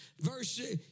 Verse